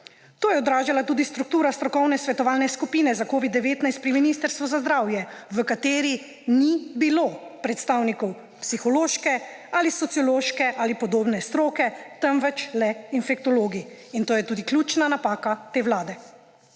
To je odražala tudi struktura strokovne svetovalne skupine za covid-19 pri Ministrstvu za zdravje, v kateri ni bilo predstavnikov psihološke, ali sociološke, ali podobne stroke, temveč le infektologi, in to je tudi ključna napaka te vlade.